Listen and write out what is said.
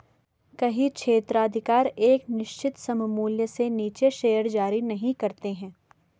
कई क्षेत्राधिकार एक निश्चित सममूल्य से नीचे शेयर जारी नहीं करते हैं